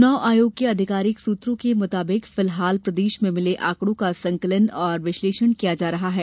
चुनाव आयोग के आधिकारिक सूत्रों के मुताबिक फिलहाल प्रदेशभर से मिले आंकड़ों का संकलन और विश्लेषण किया जा रहा है